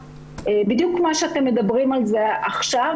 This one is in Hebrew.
בדיוק מה שאתם מדברים עליו עכשיו,